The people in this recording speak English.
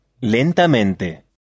lentamente